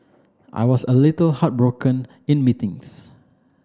I was a little heartbroken in meetings